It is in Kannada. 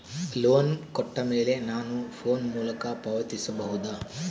ಲೋನ್ ಕೊಟ್ಟ ಮೇಲೆ ನಾನು ಫೋನ್ ಮೂಲಕ ಪಾವತಿಸಬಹುದಾ?